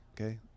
okay